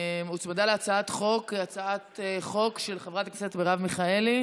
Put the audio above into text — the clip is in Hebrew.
הוצמדה להצעת החוק הצעת חוק של חברת הכנסת מרב מיכאלי.